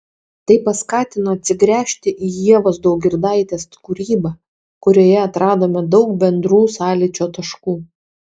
tai paskatino atsigręžti į ievos daugirdaitės kūrybą kurioje atradome daug bendrų sąlyčio taškų